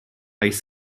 ice